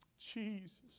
Jesus